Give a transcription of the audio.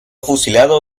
fusilado